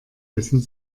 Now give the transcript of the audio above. wissen